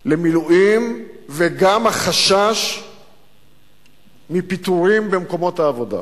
למילואים וגם החשש מפיטורים ממקומות העבודה,